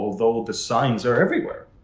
although the signs are everywhere.